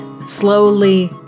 slowly